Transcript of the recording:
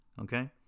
Okay